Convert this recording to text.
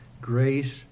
Grace